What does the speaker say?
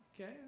Okay